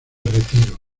retiro